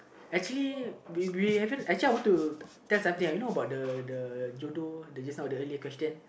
actually we actually I want to tell you something you know about the judo the just now the earlier question